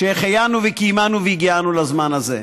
שהחיינו וקיימנו והגיענו לזמן הזה.